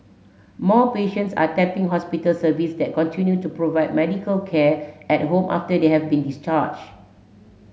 more patients are tapping hospital service that continue to provide medical care at home after they have been discharged